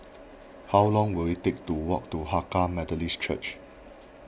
how long will it take to walk to Hakka Methodist Church